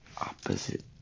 Opposite